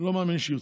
לא מאמין שיוציא.